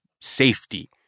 safety